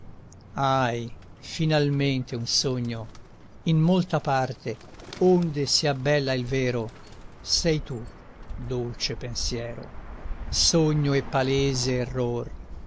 ahi finalmente un sogno in molta parte onde s'abbella il vero sei tu dolce pensiero sogno e palese error